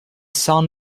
son